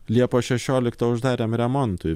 liepos šešioliktą uždarėm remontui